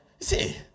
see